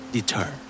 Deter